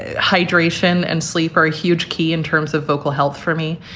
ah hydration and sleep are a huge key in terms of vocal health for me.